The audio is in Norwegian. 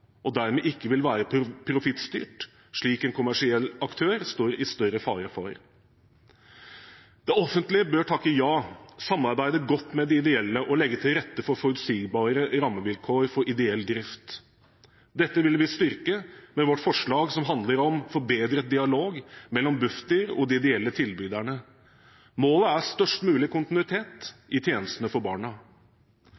og dermed ikke vil være profittstyrt, slik en kommersiell aktør står i større fare for. Det offentlige bør takke ja, samarbeide godt med de ideelle og legge til rette for forutsigbare rammevilkår for ideell drift. Dette vil vi styrke med vårt forslag som handler om forbedret dialog mellom Bufdir og de ideelle tilbyderne. Målet er størst mulig kontinuitet